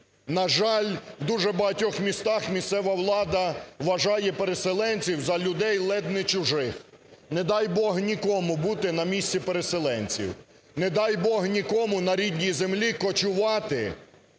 На жаль, в дуже багатьох містах місцева влада вважає переселенців за людей ледь не чужих. Не дай Бог нікому бути на місці переселенців. Не дай Бог нікому на рідній землі кочувати,